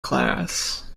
class